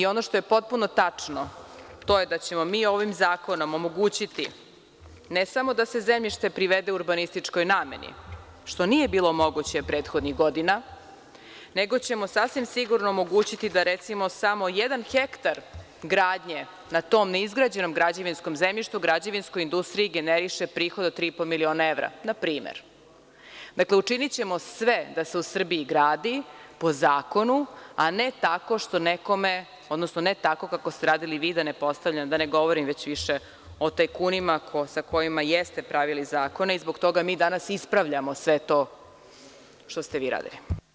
Ono što je potpuno tačno, to je da ćemo mi ovim zakonom omogućiti, ne samo da se zemljište privrede urbanističkoj nameni, što nije bilo moguće prethodnih godina, nego ćemo sasvim sigurno omogućiti da, recimo, samo jedan hektar gradnje na tom neizgrađenom građevinskom zemljištu građevinskoj industriji generiše prihod od 3,5 miliona evra, npr. Dakle, učinićemo sve da se u Srbiji gradi po zakonu, a ne tako što nekome, odnosno ne tako kako ste radili vi, da ne govorim već više o tajkunima sa kojima ste pravili zakone i zbog toga mi danas ispravljamo sve to što ste vi radili.